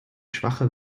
schwache